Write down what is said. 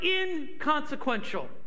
inconsequential